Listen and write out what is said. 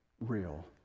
real